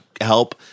help